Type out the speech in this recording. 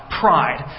pride